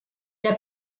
der